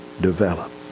develop